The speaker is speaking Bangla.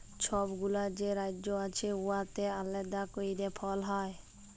ছব গুলা যে রাজ্য আছে উয়াতে আলেদা ক্যইরে ফল হ্যয়